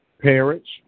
parents